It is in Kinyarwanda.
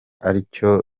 atyo